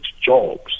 jobs